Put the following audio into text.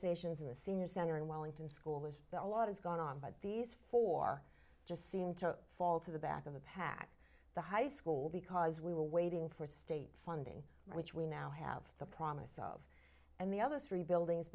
stations in a senior center in wellington school was there a lot is going on but these four just seem to fall to the back of the pack the high school because we were waiting for state funding which we now have the promise of and the other three buildings